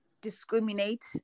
discriminate